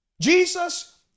Jesus